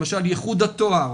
למשל, ייחוד התואר